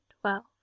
Twelve